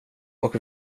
och